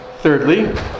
Thirdly